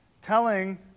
telling